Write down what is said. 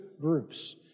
groups